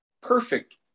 perfect